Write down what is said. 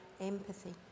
empathy